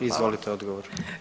Izvolite odgovor.